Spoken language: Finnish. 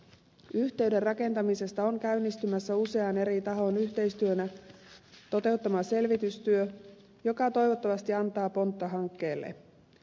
yhteyden rakentamisesta on käynnistymässä usean eri tahon yhteistyönä toteuttama selvitystyö joka toivottavasti antaa pontta hankkeelle